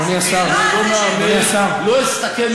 אדוני השר,